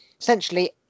Essentially